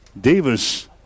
Davis